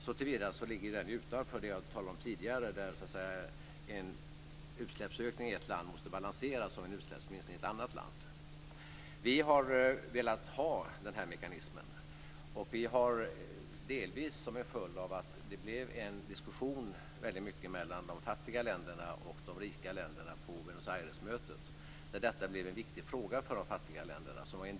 Såtillvida ligger den utanför det jag talade om tidigare, dvs. att en utsläppsökning i ett land måste balanseras av en utsläppsminskning i ett annat land. Vi har velat ha denna mekanism, delvis som en följd av att det i stor utsträckning blev en diskussion mellan de fattiga länderna och de rika länderna på Buenos Aires-mötet. Det blev en viktig fråga för de fattiga länderna.